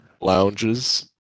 lounges